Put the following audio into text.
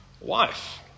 wife